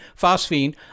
phosphine